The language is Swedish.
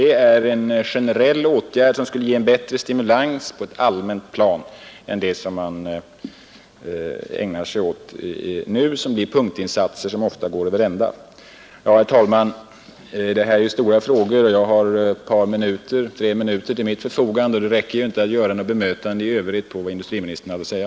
Det är en generell åtgärd som skulle ge en bättre stimulans på ett allmänt plan än de åtgärder som man nu vidtar och som blir punktinsatser, vilka ofta går över ända. Herr talman! Det här är stora frågor, och jag har i denna replik tre minuter till förfogande. Det räcker ju inte till att göra några bemötanden i övrigt av vad industriministern hade att säga.